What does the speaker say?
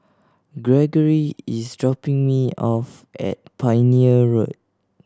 Gregory is dropping me off at Pioneer Road